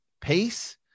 pace